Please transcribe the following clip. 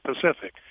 Pacific